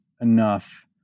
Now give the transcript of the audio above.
enough